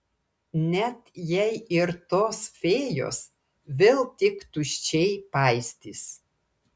net jei ir tos fėjos vėl tik tuščiai paistys